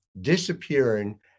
disappearing